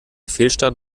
fehlstart